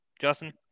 Justin